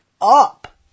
up